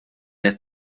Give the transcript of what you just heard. qed